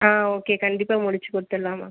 ஆ okay கண்டிப்பாக முடித்து கொடுத்துட்லாம்மா